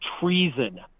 treason